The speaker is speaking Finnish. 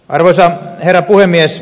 arvoisa herra puhemies